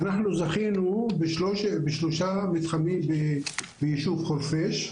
אנחנו זכינו בשלושה מתחמים ביישוב חורפיש.